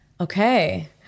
Okay